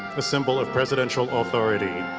a symbol of presidential authority.